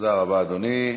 תודה רבה, אדוני.